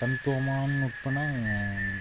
தனித்துவமான நுட்பம்னா